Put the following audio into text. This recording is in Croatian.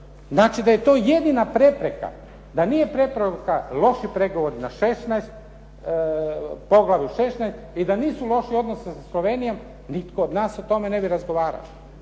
Znači da je to jedina prepreka, da nije prepreka loši pregovori na Poglavlju 16 i da nisu loši odnosi sa Slovenijom nitko od nas o tome ne bi razgovarao.